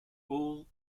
all